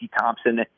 Thompson